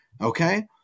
Okay